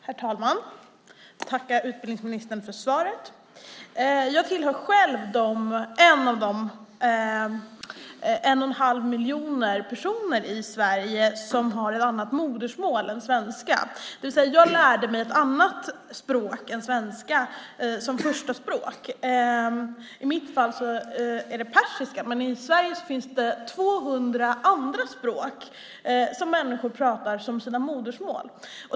Herr talman! Jag tackar utbildningsministern för svaret. Jag tillhör själv de en och en halv miljoner personer i Sverige som har ett annat modersmål än svenska, det vill säga att jag lärde mig ett annat språk än svenska som förstaspråk. I mitt fall är det persiska, men i Sverige finns det 200 andra språk som människor pratar som sina modersmål.